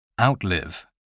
Outlive